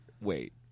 wait